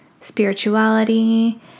spirituality